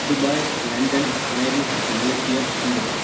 Dubai London Paris Malaysia Singapore